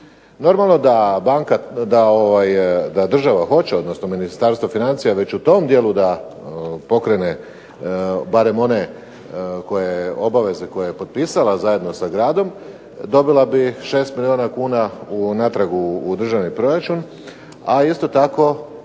Normalno da država hoće, odnosno Ministarstvo financija već u tom dijelu da pokrene barem one obaveze koje je potpisala zajedno s gradom, dobila bi 6 milijuna kuna natrag u državni proračun. A isto tako